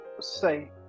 say